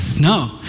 No